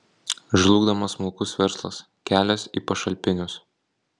žlugdomas smulkus verslas kelias į pašalpinius